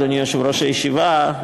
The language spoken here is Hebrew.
אדוני יושב-ראש הישיבה,